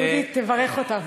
דודי, תברך אותם.